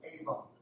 Avon